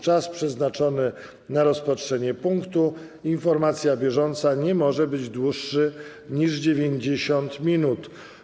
Czas przeznaczony na rozpatrzenie punktu: Informacja bieżąca nie może być dłuższy niż 90 minut.